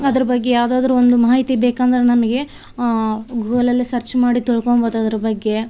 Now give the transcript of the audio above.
ಅದ್ರ ಬಗ್ಗೆ ಯಾವುದಾದ್ರು ಒಂದು ಮಾಹಿತಿ ಬೇಕಂದರೆ ನಮಗೆ ಗೂಗಲಲ್ಲೆ ಸರ್ಚ್ ಮಾಡಿ ತಿಳ್ಕೋಬೌದು ಅದ್ರ ಬಗ್ಗೆ